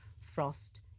Frost